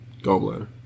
Gallbladder